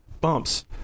bumps